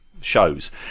shows